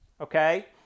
Okay